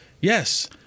Yes